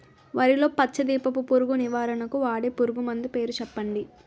వరిలో పచ్చ దీపపు పురుగు నివారణకు వాడే పురుగుమందు పేరు చెప్పండి?